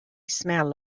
smell